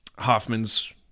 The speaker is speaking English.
Hoffman's